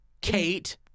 Kate